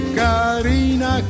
carina